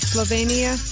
Slovenia